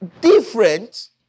different